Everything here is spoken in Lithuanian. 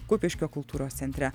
kupiškio kultūros centre